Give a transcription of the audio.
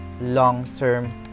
long-term